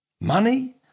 money